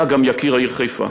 היה גם "יקיר העיר חיפה".